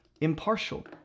Impartial